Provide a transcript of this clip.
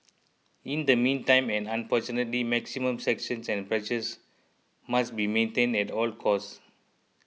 in the meantime and unfortunately maximum sanctions and pressures must be maintained at all cost